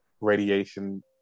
radiation